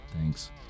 Thanks